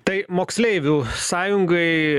tai moksleivių sąjungai